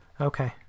okay